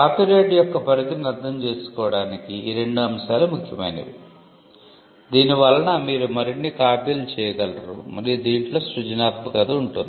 copyright యొక్క పరిధిని అర్థం చేసుకోవడానికి ఈ రెండు అంశాలు ముఖ్యమైనవి దీని వలన మీరు మరిన్ని కాపీలు చేయగలరు మరియు దీంట్లో సృజనాత్మకత ఉంటుంది